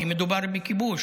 כי מדובר בכיבוש,